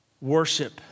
Worship